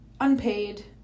unpaid